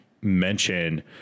mention